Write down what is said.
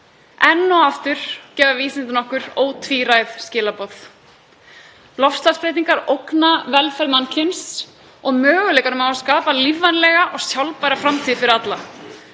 Enn og aftur gefa vísindin okkur ótvíræð skilaboð: Loftslagsbreytingar ógna velferð mannkyns og möguleikanum á að skapa lífvænlega og sjálfbæra framtíð fyrir alla.